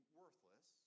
worthless